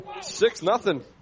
Six-nothing